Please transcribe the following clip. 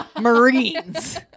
Marines